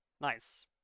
Nice